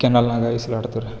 ಕೆನಲ್ನಾಗ ಈಜಾಡ್ತಿವ್ ರೀ